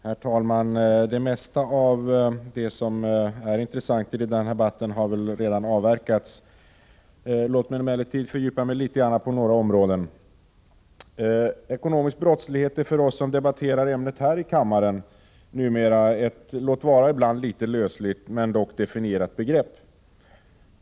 Herr talman! Det mesta av vad som kan vara intressant i den här debatten har väl redan avverkats. Låt mig emellertid fördjupa mig litet grand på några områden. Ekonomisk brottslighet är för oss som debatterar ämnet här i kammaren numera ett låt vara ibland litet lösligt men ändå definierat begrepp.